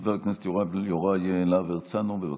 חבר הכנסת יוראי להב הרצנו, בבקשה.